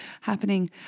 happening